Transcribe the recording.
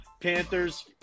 Panthers